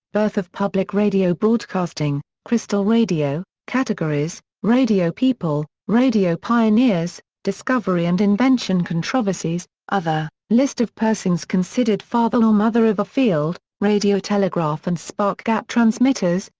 birth of public radio broadcasting, crystal radio categories radio people, radio pioneers, discovery and invention controversies other list of persons considered father or mother of a field, radiotelegraph and spark-gap transmitters,